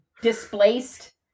displaced